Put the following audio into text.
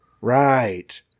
Right